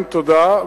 פעמיים, תודה.